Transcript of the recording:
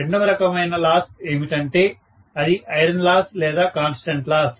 రెండవ రకమైన లాస్ ఏమిటంటే అది ఐరన్ లాస్ లేదా కాన్స్టెంట్ లాస్